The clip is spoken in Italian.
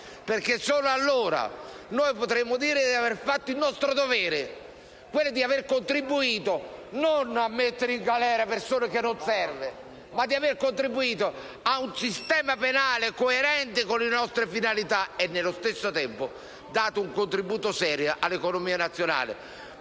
perché solo allora noi potremo dire di aver fatto il nostro dovere, cioè di aver contribuito non a mettere in galera le persone, dato che non serve, ma a riformare un sistema penale in coerenza con le nostre finalità e, allo stesso tempo, ad offrire un contributo serio all'economia nazionale.